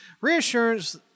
reassurance